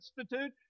Institute